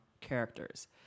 characters